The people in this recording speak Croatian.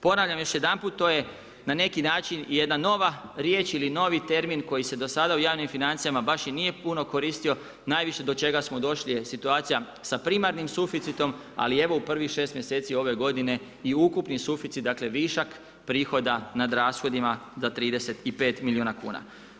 Ponavljam još jedanput, to je na neki način jedna nova riječ ili novi termin koji se do sada u javnim financijama baš i nije puno koristio, najviše do čega smo došli je situacija sa primarnim suficitom, ali evo u prvih 6 mjeseci ove godine i ukupni suficit, dakle, višak prihoda nad rashodima za 35 milijuna kuna.